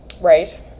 right